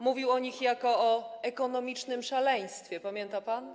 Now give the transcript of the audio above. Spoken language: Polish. Mówił o nich jako o ekonomicznym szaleństwie - pamięta pan?